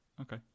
Okay